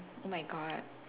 oh my god